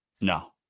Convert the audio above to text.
No